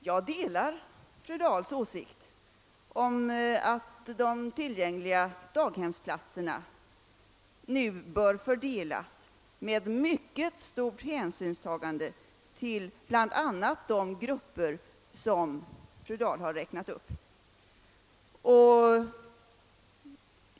Jag delar fru Dahls åsikt om att de tillgängliga daghemsplatserna nu bör fördelas med mycket stort hänsynstagande till bl.a. de grupper som fru Dahl har räknat upp.